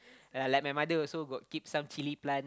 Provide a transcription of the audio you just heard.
yea like my mother also got keep some chilli plant